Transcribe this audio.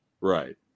right